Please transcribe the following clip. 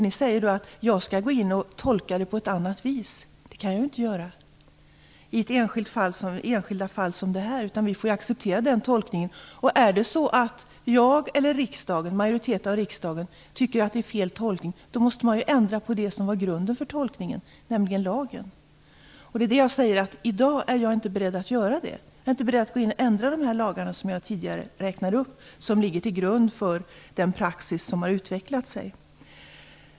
Ni säger att jag skall gå in och tolka lagen på ett annat vis. Det kan jag ju inte göra i enskilda fall som det här, utan vi får acceptera den tolkning som har gjorts. Är det sedan så att jag eller en majoritet av riksdagen tycker att tolkningen är felaktig måste man ändra på det som var grunden för tolkningen, nämligen lagen. Och jag säger då att jag i dag inte är beredd att göra det. Jag är inte beredd att gå in och ändra på de lagar som jag tidigare räknade upp, de lagar som ligger till grund för den praxis som har utvecklats.